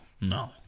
no